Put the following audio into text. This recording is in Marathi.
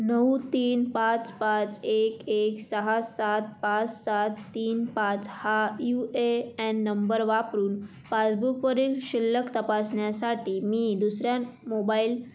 नऊ तीन पाच पाच एक एक सहा सात पाच सात तीन पाच हा यू ए एन नंबर वापरून पासबुकवरील शिल्लक तपासण्यासाठी मी दुसऱ्या मोबाईल